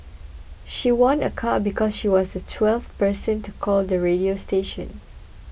she won a car because she was the twelfth person to call the radio station